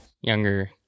younger